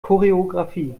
choreografie